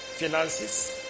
Finances